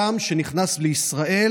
שנכנס לישראל,